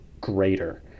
greater